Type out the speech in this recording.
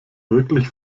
wirklich